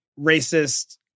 racist